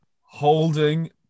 holding